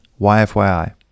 YFYI